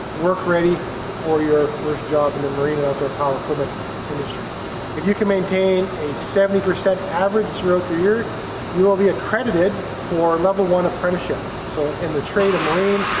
work ready for your first job in the marina out there confident if you can maintain a seventy percent average throughout the year you will be accredited for level one apprenticeship so in the trade of marine